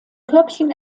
körbchen